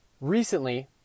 Recently